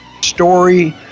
story